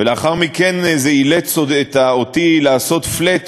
ולאחר מכן זה אילץ אותי לעשותflat ,